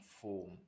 form